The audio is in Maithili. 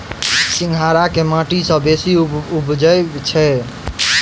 सिंघाड़ा केँ माटि मे बेसी उबजई छै?